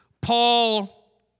Paul